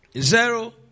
Zero